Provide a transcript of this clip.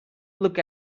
look